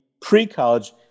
pre-college